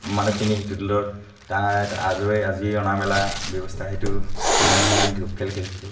মানুহখিনি সিটো দলত তাত অনা মেলা ব্যৱস্থা সেইটো তেনেধৰণে আমি ধূপ খেল খেলিছিলোঁ